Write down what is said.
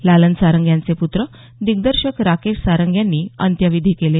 लालन सारंग यांचे पुत्र दिग्दर्शक राकेश सारंग यांनी अंत्यविधी केले